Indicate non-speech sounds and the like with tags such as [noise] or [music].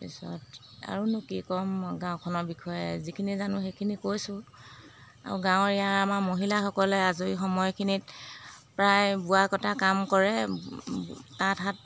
পিছত আৰুনো কি ক'ম গাঁওখনৰ বিষয়ে যিখিনি জানো সেইখিনি কৈছোঁ আৰু গাঁৱৰ ইয়াৰ আমাৰ মহিলাসকলে আজৰি সময়খিনিত প্ৰায় বোৱা কটা কাম কৰে [unintelligible]